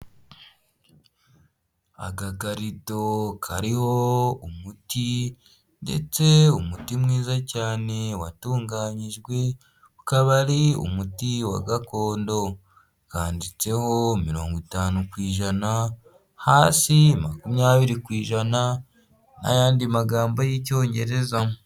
Agakarito kariho umuti ndetse umuti mwiza cyane watunganyijwe , ukaba ari umuti wa gakondo kanditseho mirongo itanu ku ijana hasi makumyabiri ku ijana n'ayandi magambo y'icyongereza.